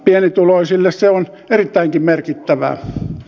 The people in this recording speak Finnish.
pienituloisille se on erittäinkin merkittävää